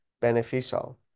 beneficial